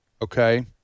Okay